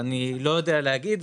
אני לא יודע להגיד,